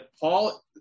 Paul